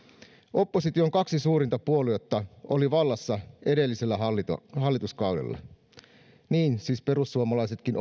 opposition kaksi suurinta puoluetta oli vallassa edellisellä hallituskaudella niin siis perussuomalaisetkin